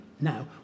now